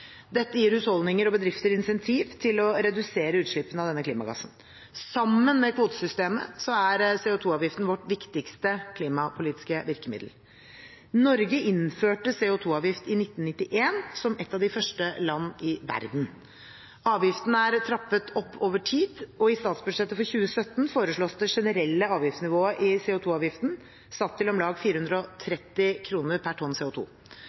Dette gir husholdninger og bedrifter incentiv til å redusere utslippene av denne klimagassen. Sammen med kvotesystemet er CO 2 -avgiften vårt viktigste klimapolitiske virkemiddel. Norge innførte CO 2 -avgiften i 1991, som et av de første land i verden. Avgiften er trappet opp over tid, og i statsbudsjettet for 2017 foreslås det generelle avgiftsnivået i CO 2 -avgiften satt til om lag 430 kr per tonn